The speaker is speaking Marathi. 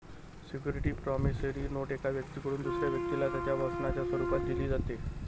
सिक्युरिटी प्रॉमिसरी नोट एका व्यक्तीकडून दुसऱ्या व्यक्तीला त्याच्या वचनाच्या स्वरूपात दिली जाते